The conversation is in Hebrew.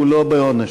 הוא לא בעונש.